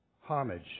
Homage